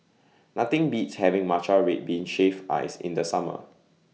Nothing Beats having Matcha Red Bean Shaved Ice in The Summer